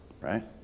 Right